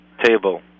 table